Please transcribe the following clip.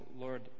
Lord